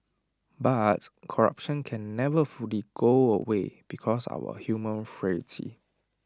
but corruption can never fully go away because of our human frailty